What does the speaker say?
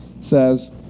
says